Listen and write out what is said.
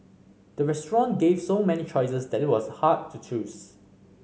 the restaurant gave so many choices that it was hard to choose